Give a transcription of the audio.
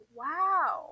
wow